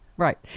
Right